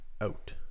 out